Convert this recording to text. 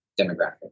demographic